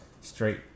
straight